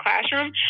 classroom